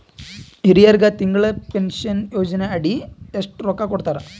ಹಿರಿಯರಗ ತಿಂಗಳ ಪೀನಷನಯೋಜನ ಅಡಿ ಎಷ್ಟ ರೊಕ್ಕ ಕೊಡತಾರ?